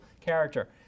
character